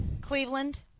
Cleveland